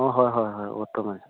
অঁ হয় হয় হয় উত্তমে